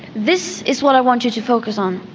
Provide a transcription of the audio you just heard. this is what i want you to focus on.